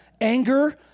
anger